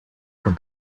from